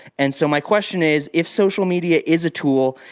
and so, my question is, if social media is a tool,